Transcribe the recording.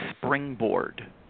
springboard